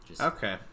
Okay